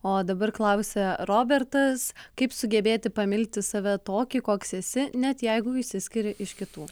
o dabar klausia robertas kaip sugebėti pamilti save tokį koks esi net jeigu išsiskiri iš kitų